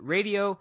Radio